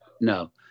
no